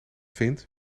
vindt